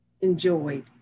enjoyed